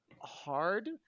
Hard